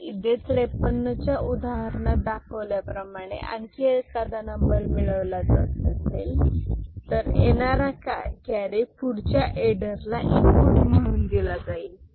जर इथे 53 च्या उदाहरणात दाखवल्याप्रमाणे आणखी एखादा नंबर मिळवला जात असेल येणारा कॅरी पुढच्या फेडररला इनपुट म्हणून दिला जाईल